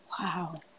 Wow